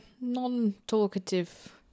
non-talkative